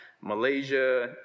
Malaysia